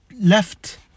left